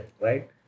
right